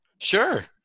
Sure